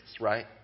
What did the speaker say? right